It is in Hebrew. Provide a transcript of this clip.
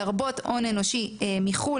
לרבות הון אנושי מחו"ל,